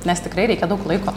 nes tikrai reikia daug laiko